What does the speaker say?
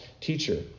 teacher